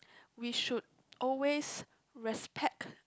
we should always respect